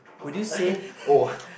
would you say oh